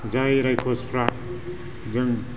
जाय रायख'सफ्रा जों